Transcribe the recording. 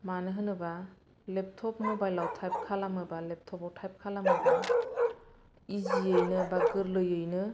मानो होनोब्ला लेपट'प मबाइलाव टाइप खालामोब्ला लेपट'पाव टाइप खालामोब्ला इजियैनो बा गोरलैयैनो